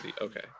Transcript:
Okay